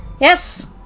yes